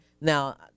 Now